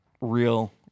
real